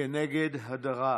נגד הדרה.